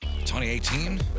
2018